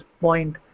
point